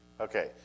Okay